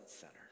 center